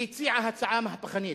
היא הציעה הצעה מהפכנית,